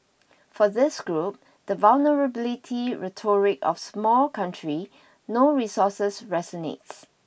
for this group the vulnerability rhetoric of small country no resources resonates